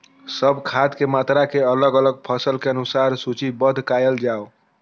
सब खाद के मात्रा के अलग अलग फसल के अनुसार सूचीबद्ध कायल जाओ?